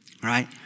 right